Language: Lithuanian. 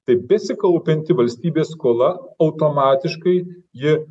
tai besikaupianti valstybės skola automatiškai ji